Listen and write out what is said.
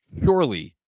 purely